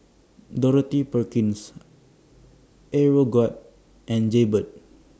Dorothy Perkins Aeroguard and Jaybird